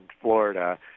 Florida